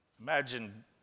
imagine